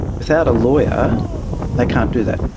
without a lawyer they can't do that,